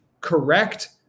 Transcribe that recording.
correct